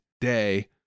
day